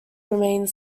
remained